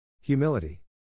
Humility